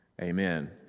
Amen